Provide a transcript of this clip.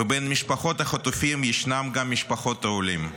ובין משפחות החטופים ישנן גם משפחות עולים.